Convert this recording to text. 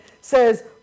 says